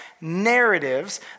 narratives